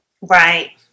Right